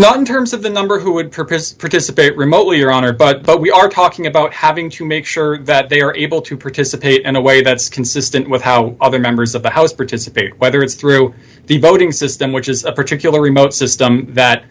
not in terms of the number who would purpose participate remotely your honor but we are talking about having to make sure that they are able to participate in a way that's consistent with how other members of the house participate whether it's through the voting system which is a particular remote system that